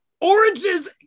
Oranges